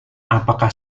apakah